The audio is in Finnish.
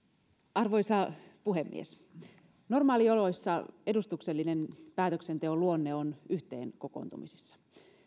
arvoisa puhemies normaalioloissa edustuksellisen päätöksenteon luonne on yhteen kokoontumisissa